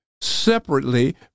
separately